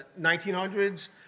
1900s